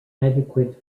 adequate